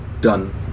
done